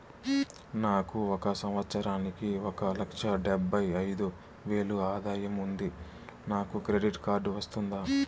నాకు ఒక సంవత్సరానికి ఒక లక్ష డెబ్బై అయిదు వేలు ఆదాయం ఉంది నాకు క్రెడిట్ కార్డు వస్తుందా?